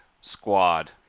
squad